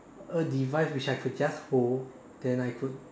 a device which I could just hold then I could